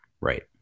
Right